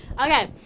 Okay